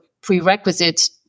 prerequisite